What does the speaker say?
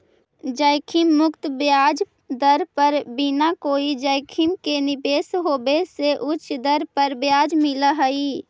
जोखिम मुक्त ब्याज दर पर बिना कोई जोखिम के निवेश होवे से उच्च दर पर ब्याज मिलऽ हई